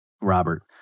Robert